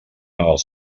els